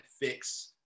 fix